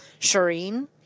Shireen